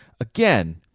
again